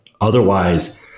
Otherwise